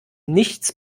nichts